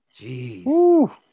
Jeez